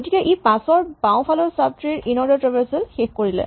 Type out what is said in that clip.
গতিকে ই ৫ ৰ বাওঁফালৰ চাবট্ৰী ৰ ইনঅৰ্ডাৰ ট্ৰেভাৰছেল শেষ কৰিলে